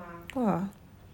!wah!